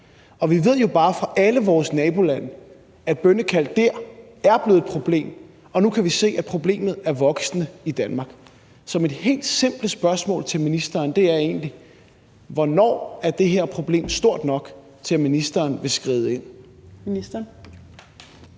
Og vi ved jo bare fra alle fra vores nabolande, at bønnekald er blevet et problem der, og nu kan vi se, at problemet er voksende i Danmark. Så mit helt simple spørgsmål til ministeren er egentlig: Hvornår er det her problem stort nok til, at ministeren vil skride ind? Kl.